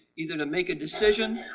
either to make a decision,